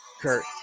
Kurt